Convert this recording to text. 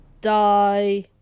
die